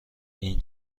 این